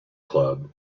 club